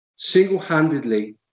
single-handedly